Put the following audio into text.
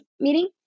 meeting